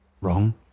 Wrong